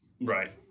Right